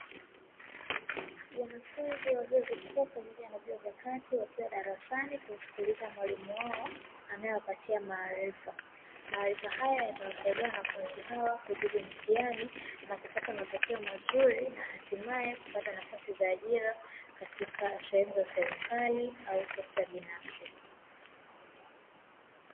Wanafunzi wa vyuo vikuu pamoja na vyuo vya kati wakiwa darasani kumsikiliza mwalimu wao, anaewapatia maarifa. Maarifa haya yatawasaidia wanafunzi hawa kujibu mtihani, na kupata matokeo mazuri, na hatimaye kupata nafasi za ajira, katika sehemu za serikali au sekta binafsi.